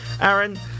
Aaron